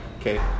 Okay